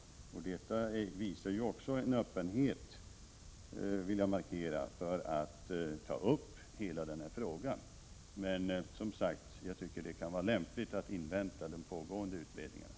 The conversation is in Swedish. Detta visar ju också en öppenhet, vill jag markera, för att ta upp hela den här frågan. Men som sagt, jag tycker det kan vara lämpligt att invänta de pågående utredningarna.